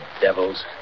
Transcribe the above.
devils